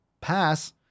Pass